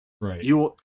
Right